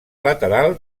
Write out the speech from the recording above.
lateral